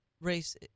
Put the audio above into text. race